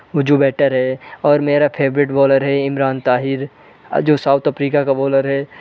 वो जो बैटर है और मेरा फैवरेट बॉलर है इमरान ताहिर जो साउथ अफ़्रीका का बॉलर है